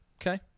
Okay